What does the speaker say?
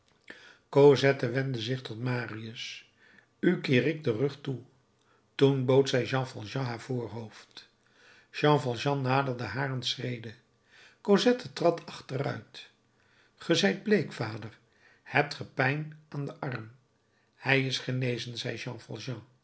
cosette wendde zich tot marius u keer ik den rug toe toen bood zij jean valjean haar voorhoofd jean valjean naderde haar een schrede cosette trad achteruit ge zijt bleek vader hebt ge pijn aan den arm hij is genezen zei